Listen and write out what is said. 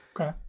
Okay